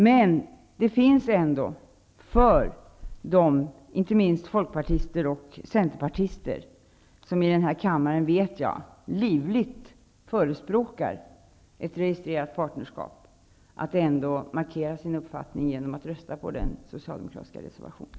Men det finns ändå för dem -- det gäller inte minst folkpartister och centerpartister i kammaren -- som jag vet livligt förespråkar ett registrerat partnerskap nu möjlighet att markera sin uppfattning genom att rösta för den socialdemokratiska reservationen.